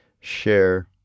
Share